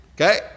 Okay